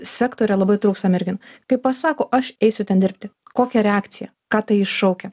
sektoriuje labai trūksta merginų kai pasako aš eisiu ten dirbti kokia reakcija ką tai iššaukia